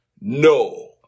no